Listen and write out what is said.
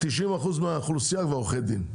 90 אחוז מהאוכלוסייה כבר עורכי דין.